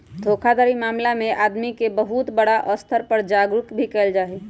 धोखाधड़ी मामला में आदमी के बहुत बड़ा स्तर पर जागरूक भी कइल जाहई